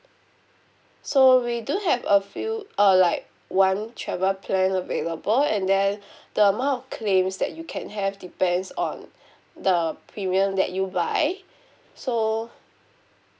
so we do have a few uh like one travel plan available and then the amount of claims that you can have depends on the premium that you buy so